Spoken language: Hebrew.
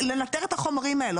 לנטר את החומרים האלו,